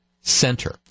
Center